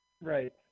Right